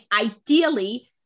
ideally